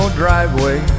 driveway